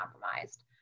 compromised